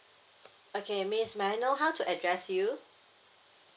okay miss may I know how to address you